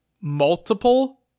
multiple